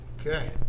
Okay